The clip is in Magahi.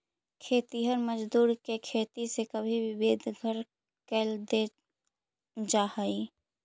खेतिहर मजदूर के खेती से कभी भी बेदखल कैल दे जा हई